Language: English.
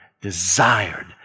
desired